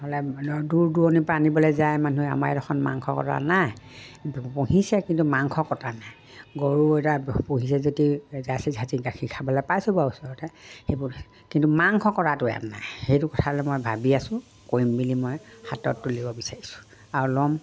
নহ'লে দূৰ দূৰণিৰ পৰা আনিবলে যায় মানুহে আমাৰ এডখৰত মাংস কটা নাই পুহিছে কিন্তু মাংস কটা নাই গৰু এটা পুহিছে যদি গাখীৰ খাবলে পাইছোঁ বা ওচৰতে সেইবোৰ কিন্তু মাংস কটাটো ইয়াত নাই সেইটো কথালে মই ভাবি আছোঁ কৰিম বুলি মই হাতত তুলিব বিচাৰিছোঁ আৰু ল'ম